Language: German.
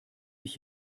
ich